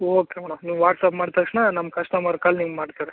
okay madam ನೀವು WhatsApp ಮಡಿದ ತಕ್ಷಣ ನಮ್ಮ ಕಸ್ಟಮರ್ ಕಾಲ್ ನಿಮ್ಗೆ ಮಾಡ್ತಾರೆ